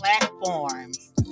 platforms